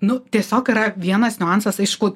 nu tiesiog yra vienas niuansas aišku